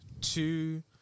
two